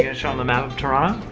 and show them the map of toronto?